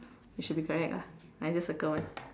we should be correct ah I just circle one